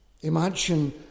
Imagine